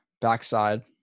Backside